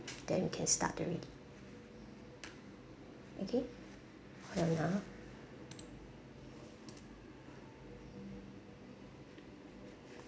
then we can start to read okay hold on ah